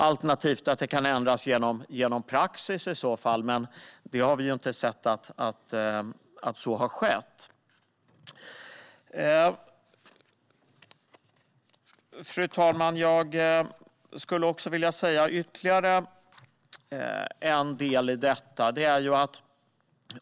Alternativet är att detta kan ändras genom praxis, men vi har inte sett att så har skett. Fru talman! Jag skulle också vilja säga ytterligare en sak i fråga om detta.